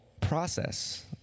process